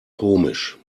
komisch